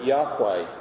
Yahweh